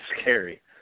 scary